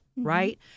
Right